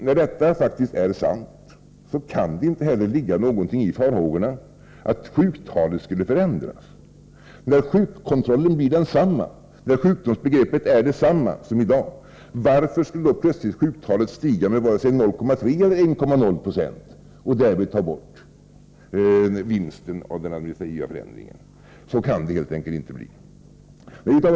När detta faktiskt är sant, kan det inte ligga någonting i farhågorna att sjuktalet skulle förändras när sjukkontrollen blir densamma och sjukbegreppet blir detsamma som i dag. Varför skulle sjuktalet plötsligt stiga med 0,3 20 eller 1,0 96 och därmed ta bort vinsten av denna förändring? Så kan det helt enkelt inte bli.